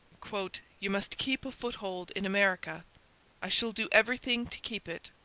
you must keep a foothold in america i shall do everything to keep it,